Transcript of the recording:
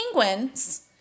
penguins